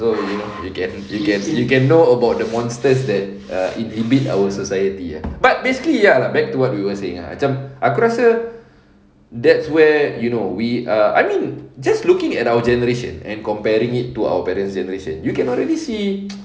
so you know you can you can you can know about the monsters that uh inhibits our society ah but basically ya lah back to what we were saying macam aku rasa that's where you know we are I mean just looking at our generation and comparing it to our parents generation you cannot really see